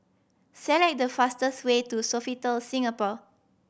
select the fastest way to Sofitel Singapore